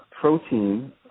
protein